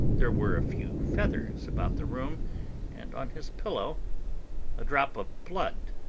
there were a few feathers about the room and on his pillow a drop of blood.